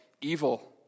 evil